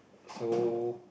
so